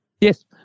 Yes